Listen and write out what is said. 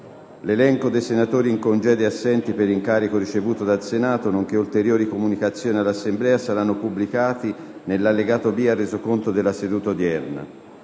L'elenco dei senatori in congedo e assenti per incarico ricevuto dal Senato, nonché ulteriori comunicazioni all'Assemblea saranno pubblicati nell'allegato B al Resoconto della seduta odierna.